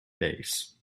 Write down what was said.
bass